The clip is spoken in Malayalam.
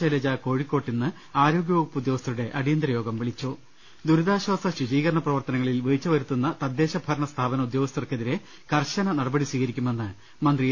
ശൈലജ കോഴിക്കോട്ട് ഇന്ന് ആരോഗ്യവകുപ്പ് ഉദ്യോഗ സ്ഥരുടെ അടിയന്തരയോഗം വിളിച്ചു ദുരിതാശ്ചാസ ശുചീകരണ പ്രവർത്തനങ്ങളിൽ വീഴ്ച വരുത്തുന്ന തദ്ദേശ ഭരണ സ്ഥാപന ഉദ്യേഗസ്ഥർക്കെതിരെ കർശന നടപടി സ്വീകരിക്കുമെന്ന് മന്ത്രി എ